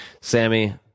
Sammy